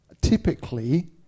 typically